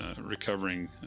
recovering